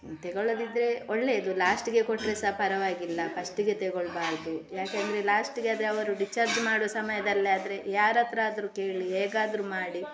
ತಗೊಳ್ಳದಿದ್ರೆ ಒಳ್ಳೆದು ಲಾಸ್ಟಿಗೆ ಕೊಟ್ಟರೆ ಸಹ ಪರವಾಗಿಲ್ಲ ಫಸ್ಟಿಗೆ ತಗೊಳ್ಬಾರ್ದು ಯಾಕೆಂದರೆ ಲಾಸ್ಟಿಗೆ ಅದೇ ಅವರು ಡಿಸ್ಚಾರ್ಜ್ ಮಾಡುವ ಸಮಯದಲ್ಲಾದರೆ ಯಾರತ್ತಿರಾದ್ರು ಕೇಳಿ ಹೇಗಾದರು ಮಾಡಿ